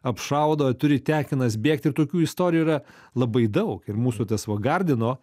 apšaudo turi tekinas bėgt ir tokių istorijų yra labai daug ir mūsų tas va gardino